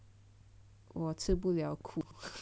我吃不了苦 I weak lah I weak ok